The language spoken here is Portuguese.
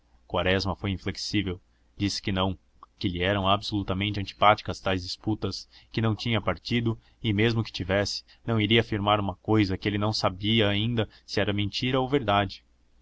quaresma foi inflexível disse que não que lhe eram absolutamente antipáticas tais disputas que não tinha partido e mesmo que tivesse não iria afirmar uma cousa que ele não sabia ainda se era mentira ou verdade